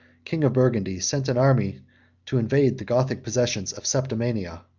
king of burgundy, sent an army to invade the gothic possessions of septimania,